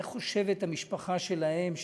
איך חושבת המשפחה שלהם,